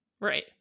Right